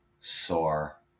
sore